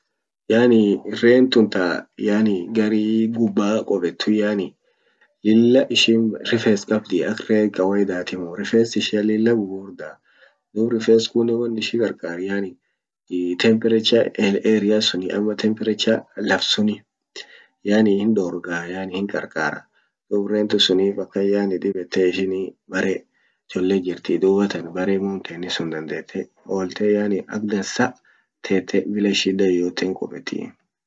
Yani reen tun ta gari gubba qubet yani lilla ishin rifes qabdi ak ree kawaidatimu rifes ishia lilla gugurda dum rifes kunen won ishi qarqar yani temperature area suni ama temperature laf suni yani hindorgaa yani hinqar qara. duub reen tun sunif akan yani dib yette ishin bere cholle jirti dubatan bere dandette oolte yani ak dansa tette bila shida yeyote hinqubetti.